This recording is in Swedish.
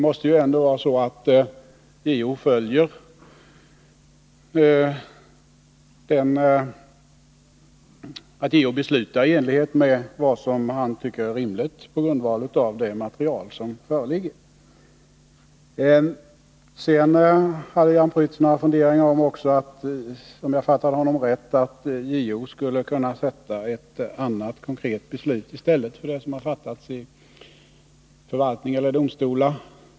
JO måste ju ändå besluta i enlighet med vad han tycker är rimligt på grundval av det material som föreligger. Sedan hade Jan Prytz några funderingar om att JO skulle kunna sätta ett annat konkret beslut i stället för det som fattats i förvaltning eller domstolar.